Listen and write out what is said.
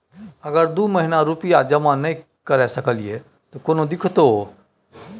अगर दू महीना रुपिया जमा नय करे सकलियै त कोनो दिक्कतों?